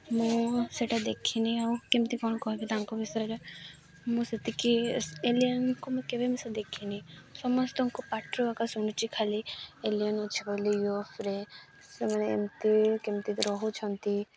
ମୁଁ ସେଇଟା ଦେଖିନି ଆଉ କେମିତି କ'ଣ କହିବି ତାଙ୍କ ବିଷୟରେ ମୁଁ ସେତିକି ଏଲିଅନ୍କୁ ମୁଁ କେବେ ମୁଁ ସେ ଦେଖିନି ସମସ୍ତଙ୍କୁ ପାଠ ଆଗ ଶୁଣୁଛି ଖାଲି ଏଲିଅନ୍ ଅଛି ବୋଲି ୟୁଏଫରେ ସେମାନେ ଏମିତି କେମିତି ରହୁଛନ୍ତି